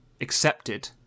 accepted